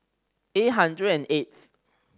eight hundred and eighth